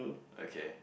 okay